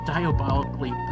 Diabolically